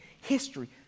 history